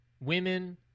women